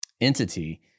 entity